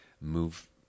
move